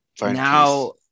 now